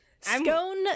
scone